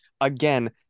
again